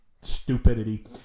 stupidity